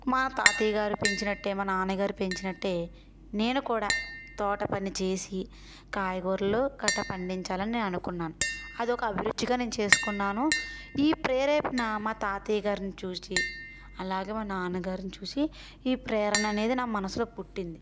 మా తాతయ్య గారు పెంచినట్టే మా నాన్న గారు పెంచినట్టే నేను కూడా తోట పని చేసి కాయగూరలు కట్ట పండించాలి అని నేను అనుకున్నాను అదొక అభిరుచిగా నేను చేసుకున్నాను ఈ ప్రేరేపణ మా తాతయ్యగారిని చూచి అలాగే మా నాన్న గారిని చూసి ఈ ప్రేరణ అనేది నా మనసులో పుట్టింది